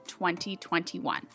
2021